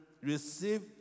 receive